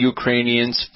Ukrainians